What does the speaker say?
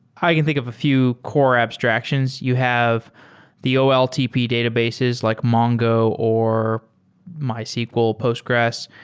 i can think of a few core abstractions. you have the oltp databases, like mongo or mysql postgres.